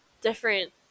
different